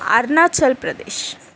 Arunachal Pradesh